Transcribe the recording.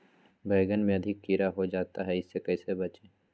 बैंगन में अधिक कीड़ा हो जाता हैं इससे कैसे बचे?